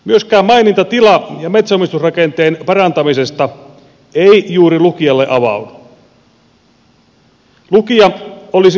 myöskään maininta tila ja metsänomistusrakenteen parantamisesta ei juuri lukijalle avaudu